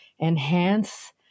enhance